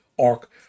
arc